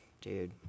Dude